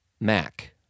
Mac